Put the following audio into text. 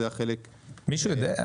זה כלי יפה.